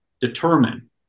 determine